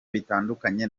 bitandukanye